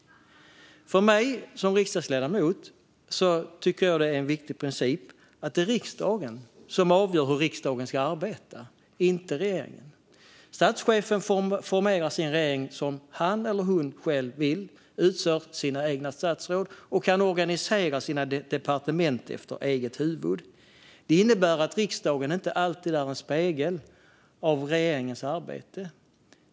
För mig som riksdagsledamot är det en viktig princip att det är riksdagen, inte regeringen, som avgör hur riksdagen ska arbeta. Statsministern formerar sin regering som han eller hon själv vill, utser sina egna statsråd och kan organisera sina departement efter eget huvud. Det innebär att riksdagen inte alltid är en spegel av regeringens arbete.